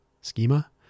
schema